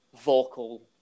vocal